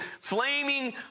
flaming